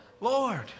Lord